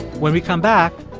when we come back,